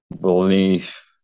belief